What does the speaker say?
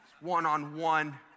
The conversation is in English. one-on-one